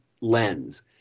lens